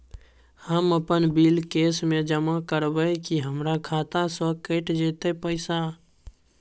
हम अपन bill cash म जमा करबै की हमर खाता स कैट जेतै पैसा?